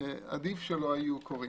עדיף שהדברים לא היו קורים.